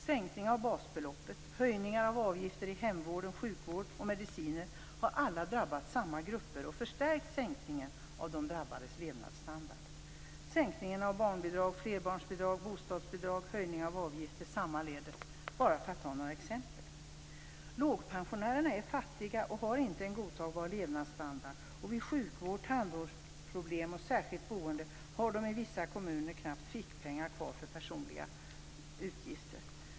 Sänkning av basbeloppet, höjningar av avgifter i hemvården, sjukvård och mediciner har alla drabbat samma grupper och förstärkt sänkningen av de drabbades levnadsstandard. Sänkningen av barnbidrag och flerbarnsbidrag, bostadsbidrag, höjning av avgifter sammaledes, bara för att ta några exempel. Lågpensionärerna är fattiga och har inte en godtagbar levnadsstandard. Vid sjukvård, tandvårdsproblem och särskilt boende har de i vissa kommuner knappt fickpengar kvar för personliga utgifter.